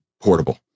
portable